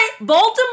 Baltimore